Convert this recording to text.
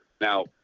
Now